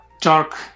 dark